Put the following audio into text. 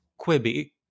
quibi